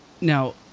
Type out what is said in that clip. now